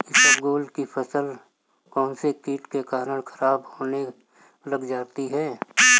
इसबगोल की फसल कौनसे कीट के कारण खराब होने लग जाती है?